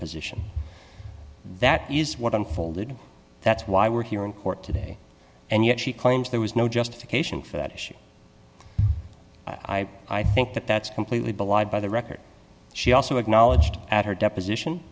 position that used what unfolded that's why we're here in court today and yet she claims there was no justification for that issue i i think that that's completely belied by the record she also acknowledged at her deposition